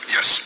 Yes